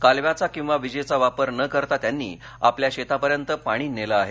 कालव्याचा किंवा विजेचा वापर न करता त्यांनी आपल्या शेतापर्यंत पाणी नेलं आहे